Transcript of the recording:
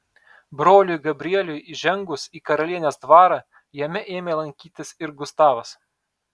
broliui gabrieliui įžengus į karalienės dvarą jame ėmė lankytis ir gustavas